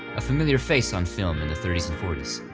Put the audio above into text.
a familiar face on film in the thirties and forties.